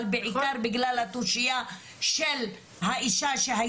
אבל בעיקר בגלל התושיה של האישה.